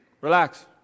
Relax